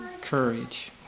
courage